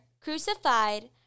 crucified